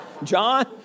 John